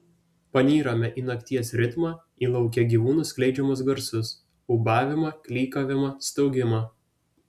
panyrame į nakties ritmą į lauke gyvūnų skleidžiamus garsus ūbavimą klykavimą staugimą